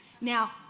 Now